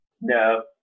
no